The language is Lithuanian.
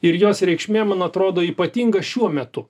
ir jos reikšmė man atrodo ypatinga šiuo metu